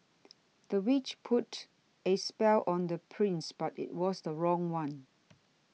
the witch put a spell on the prince but it was the wrong one